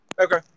Okay